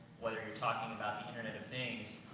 whether you're talking about the internet of things,